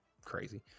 crazy